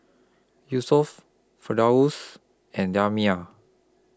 Yusuf Firdaus and Damia